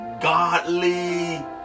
godly